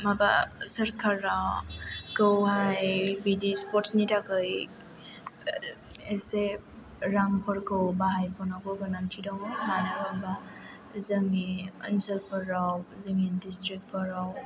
माबा सकाराखौहाय बिदि स्प'र्टसनि थाखाय एसे रांफोरखौ बाहायबावनांगौ गोनांथि दङ मानो होनोब्ला जोंनि ओनसोलफोराव जोंनि डिसट्रिक्टफोराव